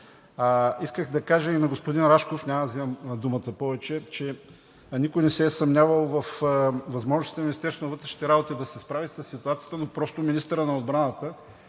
Исках да кажа и на господин Рашков, няма да вземам думата повече, че никой не се е съмнявал във възможностите на Министерството на вътрешните работи да се справи със ситуацията, но просто министърът на отбраната